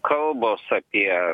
kalbos apie